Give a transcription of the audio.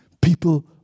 People